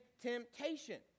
temptation